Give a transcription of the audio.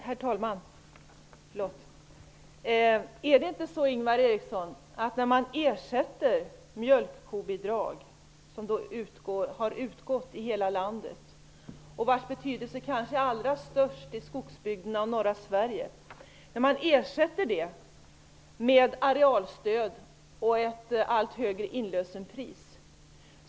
Herr talman! Mjölkkobidraget har utgått i hela landet och är kanske av allra störst betydelse för skogsbygderna och norra Sverige.